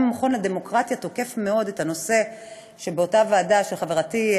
גם המכון לדמוקרטיה תוקף מאוד את זה שבאותה ועדה שחברתי,